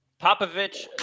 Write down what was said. Popovich